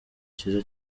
cyiza